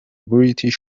british